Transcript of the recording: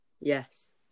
Yes